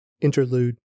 Interlude